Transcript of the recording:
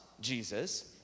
Jesus